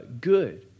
good